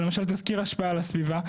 למשל תזכיר השפעה על הסביבה,